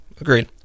Agreed